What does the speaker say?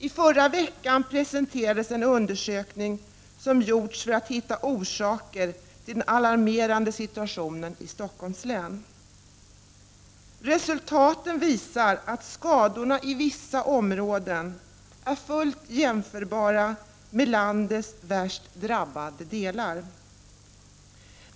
I förra veckan presenterades en undersökning som gjorts för att hitta orsaker till den alarmerande situationen i Stockholms län. Resultaten visar att skadorna i vissa områden är fullt jämförbara med landets värst drabbade delar.